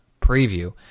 preview